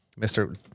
Mr